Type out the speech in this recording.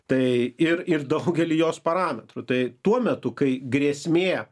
tai ir ir daugelį jos parametrų tai tuo metu kai grėsmė